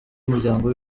umuryango